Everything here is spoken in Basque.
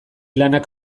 lanak